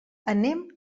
anem